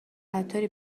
عطاری